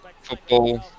football